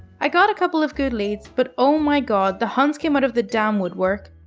i got a couple of good leads, but oh my god, the huns came out of the damn woodwork.